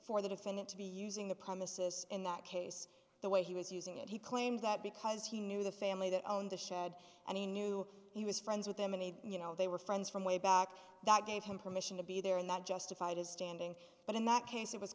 for the defendant to be using the premises in that case the way he was using it he claimed that because he knew the family that owned the shed and he knew he was friends with them and they you know they were friends from way back that gave him permission to be there and that justified his standing but in that case it was